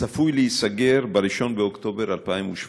צפוי להיסגר ב-1 באוקטובר 2017,